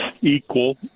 equal